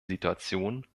situation